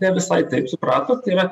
ne visai taip supratot tai yra